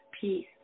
peace